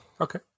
Okay